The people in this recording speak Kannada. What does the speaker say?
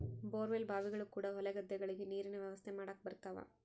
ಬೋರ್ ವೆಲ್ ಬಾವಿಗಳು ಕೂಡ ಹೊಲ ಗದ್ದೆಗಳಿಗೆ ನೀರಿನ ವ್ಯವಸ್ಥೆ ಮಾಡಕ ಬರುತವ